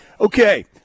Okay